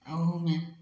ओहूमे